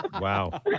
wow